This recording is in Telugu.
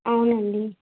అవునండి